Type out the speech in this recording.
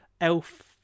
elf